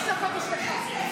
לא נתקבלה.